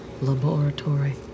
laboratory